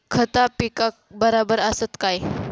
खता पिकाक बराबर आसत काय?